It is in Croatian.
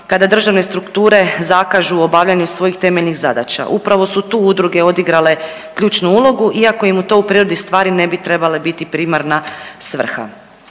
kada državne strukture zakažu u obavljanju svojih temeljnih zadaća. Upravo su tu udruge odigrale ključnu ulogu iako im to u prirodi stvari ne bi trebale biti primarna svrha.